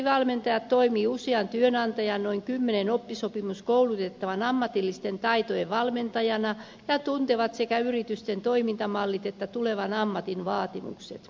mestarivalmentajat toimivat usean työnantajan noin kymmenen oppisopimuskoulutettavan ammatillisten taitojen valmentajana ja tuntevat sekä yritysten toimintamallit että tulevan ammatin vaatimukset